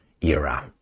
era